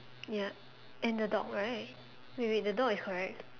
ya and the dog right wait wait the dog is correct